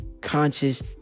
conscious